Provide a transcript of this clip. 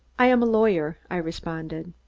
i am a lawyer, i responded.